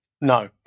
No